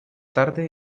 tarde